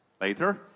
later